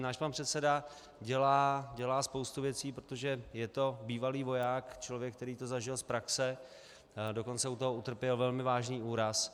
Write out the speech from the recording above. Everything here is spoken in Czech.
Náš pan předseda dělá spoustu věcí, protože je to bývalý voják, člověk, který to zažil z praxe, dokonce u toho utrpěl velmi vážný úraz.